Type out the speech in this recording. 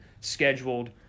scheduled